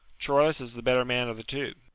troilus is the better man of the two.